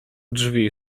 drzwi